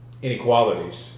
inequalities